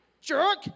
jerk